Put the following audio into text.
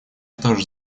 тоже